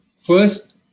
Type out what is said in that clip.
First